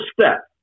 step